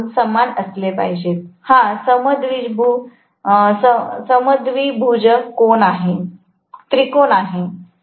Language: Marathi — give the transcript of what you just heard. हे दोन समान असले पाहिजेत हा समद्विभुज त्रिकोण आहे